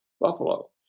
buffalo